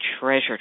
treasure